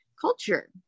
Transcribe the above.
culture